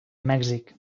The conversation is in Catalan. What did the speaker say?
mèxic